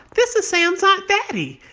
this is sam's aunt betty.